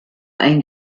ein